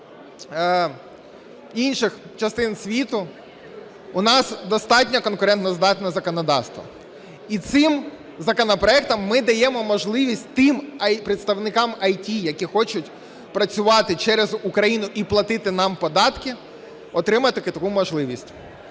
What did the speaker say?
інших частин світу, у нас достатньо конкурентоздатне законодавство. І цим законопроектом ми даємо можливість тим представникам ІТ, які хочуть працювати через Україну і платити нам податки, отримати таку можливість.